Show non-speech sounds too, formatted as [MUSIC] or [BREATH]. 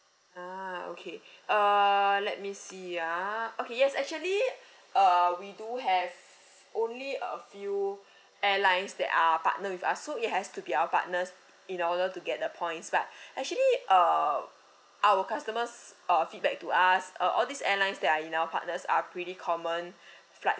ah okay [BREATH] uh let me see ah okay yes actually uh we do have only a few [BREATH] airlines that are partner with us so it has to be our partners in order to get the points but [BREATH] actually uh our customers uh feedback to us uh all these airlines that are in our partners are pretty common [BREATH] flights